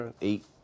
eight